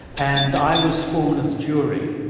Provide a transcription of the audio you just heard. and i was foreman of the jury,